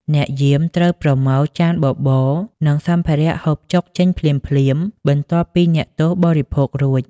អ្នកយាមត្រូវប្រមូលចានបបរ និងសម្ភារៈហូបចុកចេញភ្លាមៗ បន្ទាប់ពីអ្នកទោសបរិភោគរួច។